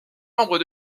membres